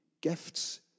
gifts